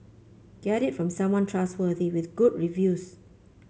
get it from someone trustworthy with good reviews